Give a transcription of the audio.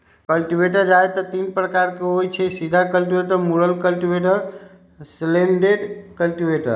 cultivator जादेतर तीने प्रकार के होई छई, सीधा कल्टिवेटर, मुरल कल्टिवेटर, स्लैटेड कल्टिवेटर